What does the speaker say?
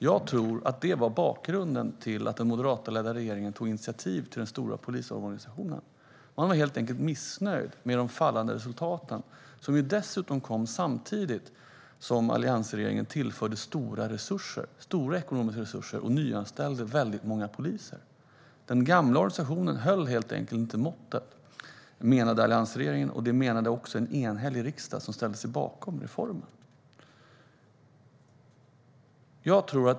Jag tror att det var bakgrunden till att den moderatledda regeringen tog initiativ till den stora polisomorganisationen. Man var helt enkelt missnöjd med de fallande resultaten som dessutom kom samtidigt som alliansregeringen tillförde stora ekonomiska resurser så att väldigt många poliser kunde nyanställas. Den gamla organisationen höll helt enkelt inte måttet, menade alliansregeringen. Och det menade också en enhällig riksdag som ställde sig bakom reformen.